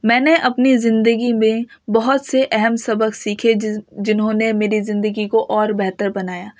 میں نے اپنی زندگی میں بہت سے اہم سبق سیکھے جنہوں نے میری زندگی کو اور بہتر بنایا